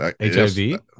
hiv